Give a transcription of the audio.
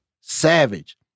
Savage